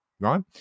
Right